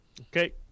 Okay